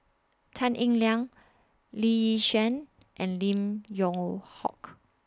Tan Eng Liang Lee Yi Shyan and Lim Yew Hock